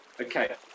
okay